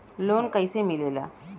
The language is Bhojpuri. लोन कईसे मिलेला?